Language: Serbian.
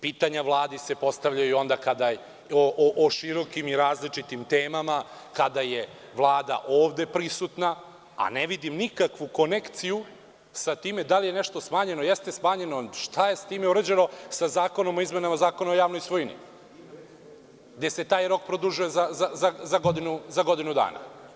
Pitanja Vladi se postavljaju o širokim i različitim temama kada je Vlada ovde prisutna, a ne vidim nikakvu konekciju sa time da li je nešto smanjeno, jeste smanjeno, šta je sa time urađeno sa Zakonom o izmenama Zakona o javnoj svojini, gde se taj rok produžava za godinu dana.